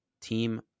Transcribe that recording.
Team